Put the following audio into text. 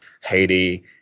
Haiti